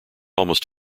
almost